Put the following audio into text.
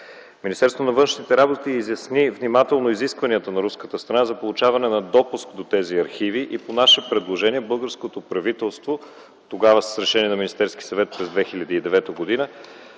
Министерството на външните работи изясни внимателно изискванията на руската страна за получаване на допуск до тези архиви и по наше предложение българското правителство тогава с решение на Министерския съвет през 2009 г.